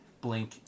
Blink